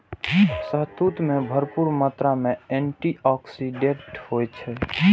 शहतूत मे भरपूर मात्रा मे एंटी आक्सीडेंट होइ छै